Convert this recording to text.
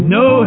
no